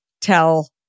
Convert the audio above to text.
tell